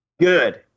good